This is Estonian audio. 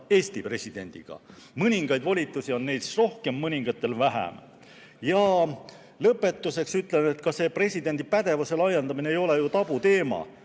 Eesti president. Mõningaid volitusi on neil rohkem, mõningaid vähem. Lõpetuseks ütlen, et ka see presidendi pädevuse laiendamine ei ole ju tabuteema,